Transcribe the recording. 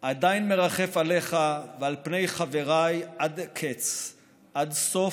עדיין מרחף עליך ועל פני חבריי עד אין קץ, עד סוף,